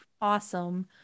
awesome